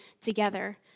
together